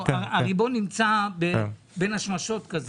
הריבון נמצא בין השמשות.